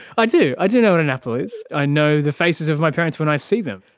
i do i do know what an apple is, i know the faces of my parents when i see them.